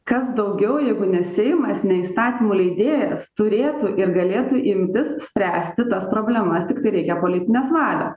kas daugiau jeigu ne seimas ne įstatymų leidėjas turėtų ir galėtų imtis spręsti tas problemas tiktai reikia politinės valios